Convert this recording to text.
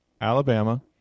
Alabama